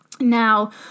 Now